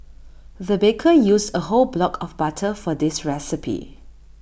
the baker used A whole block of butter for this recipe